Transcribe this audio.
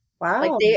Wow